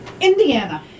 Indiana